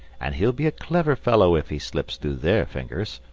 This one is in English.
and he'll be a clever fellow if he slips through their fingers.